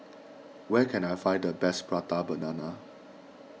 where can I find the best Prata Banana